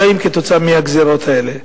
שנפגעות מהגזירות האלה?